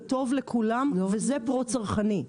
זה טוב לכולם וזה פרו-צרכני,